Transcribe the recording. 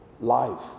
life